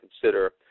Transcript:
consider